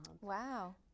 Wow